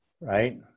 Right